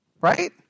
Right